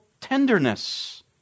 tenderness